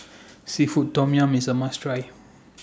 Seafood Tom Yum IS A must Try